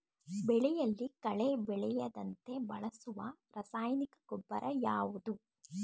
ಬೆಳೆಯಲ್ಲಿ ಕಳೆ ಬೆಳೆಯದಂತೆ ಬಳಸುವ ರಾಸಾಯನಿಕ ಗೊಬ್ಬರ ಯಾವುದು?